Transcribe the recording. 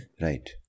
Right